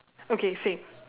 okay same